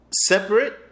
separate